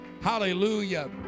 Hallelujah